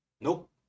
Nope